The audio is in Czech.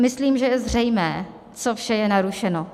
Myslím, že je zřejmé, co vše je narušeno.